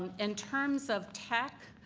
um in terms of tech,